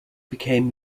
became